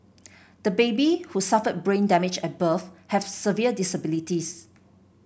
the baby who suffered brain damage at birth has severe disabilities